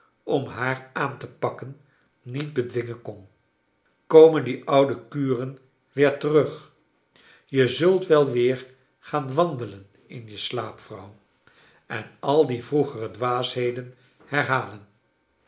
om haar aan te pakken niet bedwingen kon komen die oude kuren weer terug je zult wel weer gaan wandelen in je slaap vrouw en al die vroegere dwaasheden herhalen